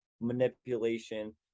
manipulation